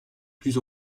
plus